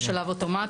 יש שלב אוטומטי,